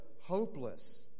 hopeless